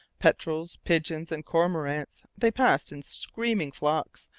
petrels, pigeons, and cormorants, they passed in screaming flocks,